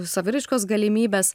saviraiškos galimybes